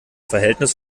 verhältnis